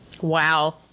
Wow